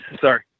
Sorry